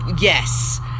yes